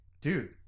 dude